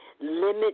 limit